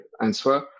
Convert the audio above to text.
answer